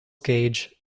gage